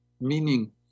meaning